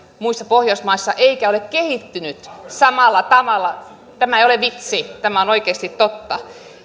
muissa pohjoismaissa eikä ole kehittynyt samalla tavalla tämä ei ole vitsi tämä on oikeasti totta